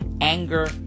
anger